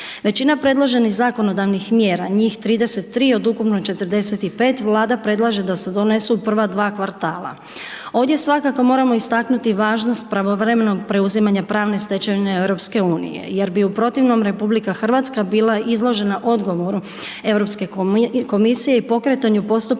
Većina predloženih zakonodavnih mjera, njih 33 od ukupno 45 Vlada predlaže da se donesu u prva dva kvartala. Ovdje svakako moramo istaknuti važnost pravovremenog preuzimanja pravne stečevine EU jer bi u protivnom RH bila izložena odgovoru Europske komisije